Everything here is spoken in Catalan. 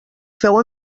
feu